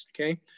okay